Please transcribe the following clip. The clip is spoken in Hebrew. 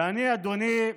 אדוני,